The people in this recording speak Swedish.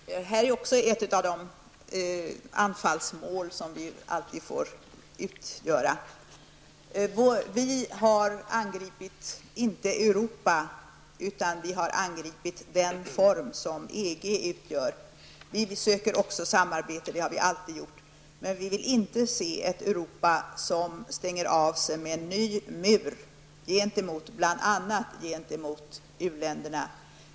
Herr talman! Detta är också ett av de anfallsmål som vi alltid får utgöra. Vi har inte angripit Europa, utan vi har angripit den form som EG utgör. Vi söker också samarbete. Det har vi alltid gjort. Men vi vill inte se ett Europa som stänger sig med en ny mur, bl.a. gentemot u-länderna.